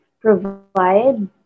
provide